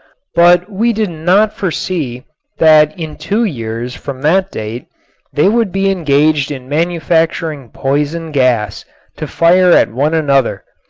but we did not foresee that in two years from that date they would be engaged in manufacturing poison gas to fire at one another.